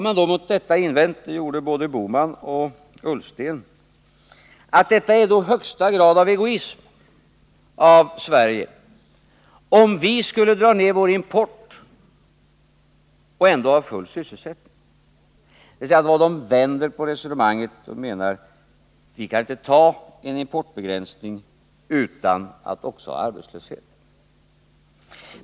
Mot detta har man invänt— det gjorde både Gösta Bohman och Ola Ullsten — att det är den högsta grad av egoism av Sverige, om vi skulle dra ner vår import och ändå ha full sysselsättning — dvs. de vänder på resonemanget och menar att vi inte kan ha en importbegränsning utan att också ha arbetslöshet.